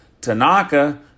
Tanaka